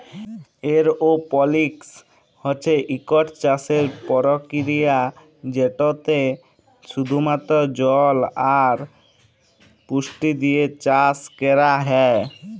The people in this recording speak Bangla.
এরওপলিক্স হছে ইকট চাষের পরকিরিয়া যেটতে শুধুমাত্র জল আর পুষ্টি দিঁয়ে চাষ ক্যরা হ্যয়